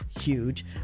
huge